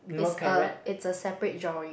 is a it's a separate drawing